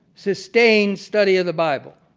sustained study of the bible.